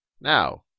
Now